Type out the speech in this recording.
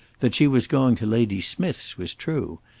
that she was going to lady smijth's was true,